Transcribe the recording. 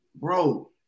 Bro